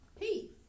Peace